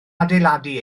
adeiladu